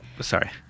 sorry